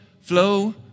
flow